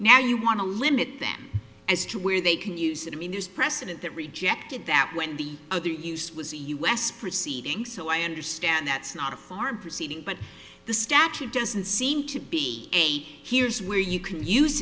now you want to limit them as to where they can use it i mean there's precedent that rejected that when the other use was a u s proceeding so i understand that's not a foreign proceeding but the statute doesn't seem to be eight here's where you can use